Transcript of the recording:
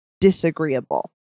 disagreeable